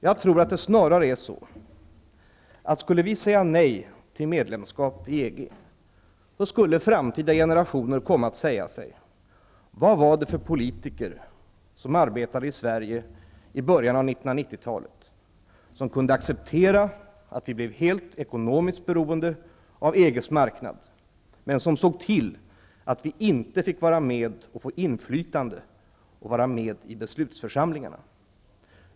Jag tror att det snarare är så, att om vi skulle säga nej till medlemskap i EG, skulle framtida generationer komma att fråga sig vad det var för politiker som arbetade i Sverige i början av 1990-talet och som kunde acceptera att Sverige blev ekonomiskt helt beroende av EG:s marknad, men som såg till att vi inte fick inflytande och vara med i de beslutande församlingarna.